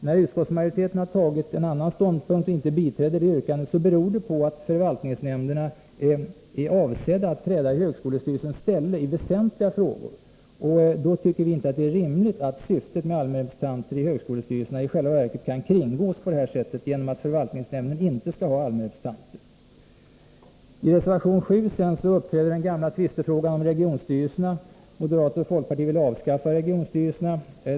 När utskottsmajoriteten intar en annan ståndpunkt och inte biträder det yrkandet beror det på att förvaltningsnämnderna är avsedda att träda i högskolestyrelsens ställe i väsentliga frågor. Då tycker vi inte att det är rimligt att syftet med allmänrepresentanter i högskolestyrelserna i själva verket kan kringgås på det här sättet genom att förvaltningsnämnden inte skall ha allmänrepresentanter. I reservation 7 uppträder den gamla tvistefrågan om regionstyrelserna. Moderater och folkpartiet vill avskaffa regionstyrelserna.